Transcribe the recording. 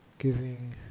Giving